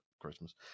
Christmas